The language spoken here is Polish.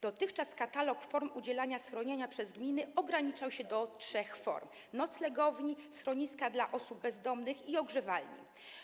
Dotychczas katalog form udzielania schronienia przez gminy ograniczał się do trzech placówek: noclegowni, schroniska dla osób bezdomnych i ogrzewalni.